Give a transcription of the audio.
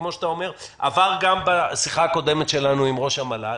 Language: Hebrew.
וכפי שאתה אומר עבר גם בשיחה הקודמת שלנו עם ראש המל"ל,